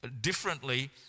differently